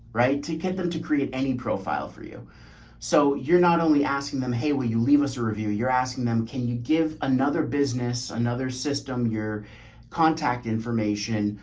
right? to get them to create any profile for you so you're not only asking them, hey, will you leave us a review? you're asking them, can you give another business, another system, your contact information,